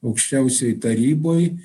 aukščiausioj taryboj